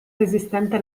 resistente